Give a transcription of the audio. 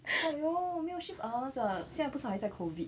!aiyo! 没有 shift hours ah 现在不是还在 COVID